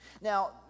Now